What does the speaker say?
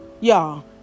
Y'all